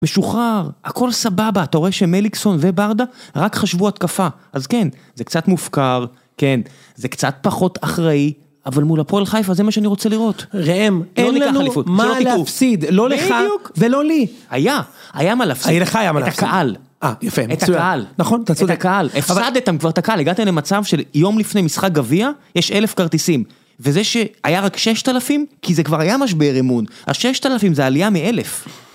משוחרר, הכל סבבה, אתה רואה שמליקסון וברדה רק חשבו התקפה, אז כן, זה קצת מופקר, כן, זה קצת פחות אחראי, אבל מול הפועל חיפה זה מה שאני רוצה לראות. ראם, אין לנו מה להפסיד, לא לך ולא לי. היה, היה מה להפסיד, את הקהל, את הקהל, נכון? את הקהל, הפסדתם את כבר את הקהל, הגעתי למצב של יום לפני משחק גביע, יש אלף כרטיסים, וזה שהיה רק ששת אלפים, כי זה כבר היה משבר אמון, הששת אלפים זה עלייה מאלף.